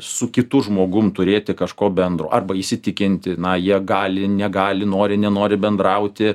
su kitu žmogum turėti kažko bendro arba įsitikinti na jie gali negali nori nenori bendrauti